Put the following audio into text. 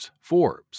Forbes